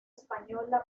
española